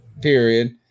period